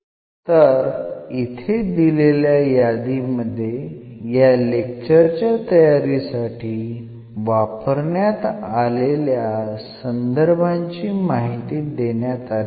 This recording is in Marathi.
तर इथे दिलेल्या यादीमध्ये या लेक्चर च्या तयारीसाठी वापरण्यात आलेल्या संदर्भांची माहिती देण्यात आली आहे